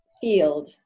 field